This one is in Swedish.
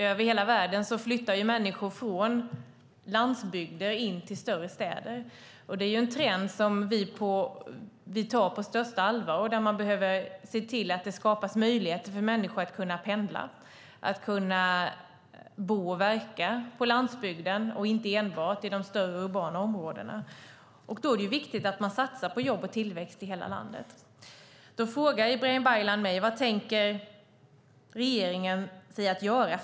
Över hela världen flyttar människor från landsbygder in till större städer. Det är en trend som vi tar på största allvar. Det behöver skapas möjligheter för människor att pendla, att bo och verka på landsbygden, inte enbart i de större urbana områdena. Då är det viktigt att satsa på jobb och tillväxt i hela landet. Ibrahim Baylan undrar vad regeringen tänker göra.